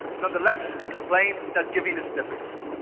nonetheless, they complain that giving is difficult.